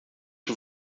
que